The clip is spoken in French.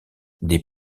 des